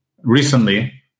recently